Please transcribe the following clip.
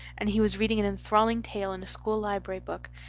and he was reading an enthralling tale, in a school library book,